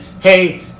hey